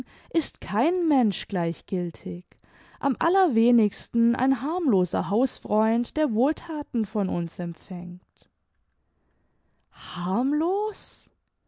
ist kein mensch gleichgiltig am allerwenigsten ein harmloser hausfreund der wohlthaten von uns empfängt harmlos